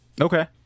Okay